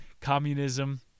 Communism